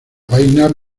vaina